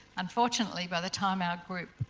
unfortunately, by the time our group,